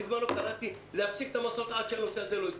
בזמנו קראתי להפסיק את המסעות כל עוד הנושא הזה לא יטופל,